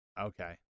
okay